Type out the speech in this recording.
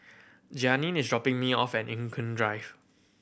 Jeannine is dropping me off at Eng Kong Drive